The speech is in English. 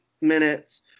minutes